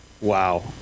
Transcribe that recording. Wow